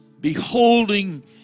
beholding